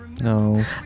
No